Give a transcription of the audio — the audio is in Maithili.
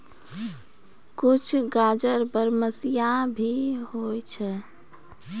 कुछ गाजर बरमसिया भी होय छै